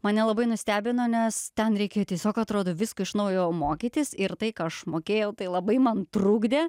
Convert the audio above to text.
mane labai nustebino nes ten reikėjo tiesiog atrodo visko iš naujo mokytis ir tai ką aš mokėjau tai labai man trukdė